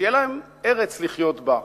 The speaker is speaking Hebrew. שתהיה להם ארץ לחיות בה,